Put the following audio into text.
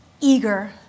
eager